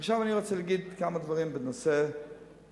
עכשיו אני רוצה לומר כמה דברים בנושא הוויכוח